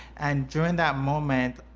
and during that moment,